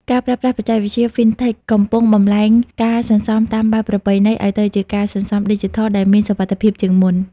ការប្រើប្រាស់បច្ចេកវិទ្យា Fintech កំពុងបំលែងការសន្សំតាមបែបប្រពៃណីឱ្យទៅជាការសន្សំឌីជីថលដែលមានសុវត្ថិភាពជាងមុន។